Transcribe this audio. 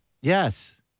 yes